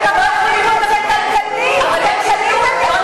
האבא הביולוגי, אדוני סגן השר,